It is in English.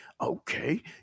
okay